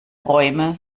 räume